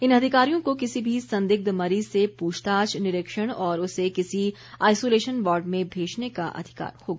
इन अधिकारियों को किसी भी संदिग्ध मरीज़ से पूछताछ निरीक्षण और उसे किसी आइसोलेशन वार्ड में भेजने का अधिकार होगा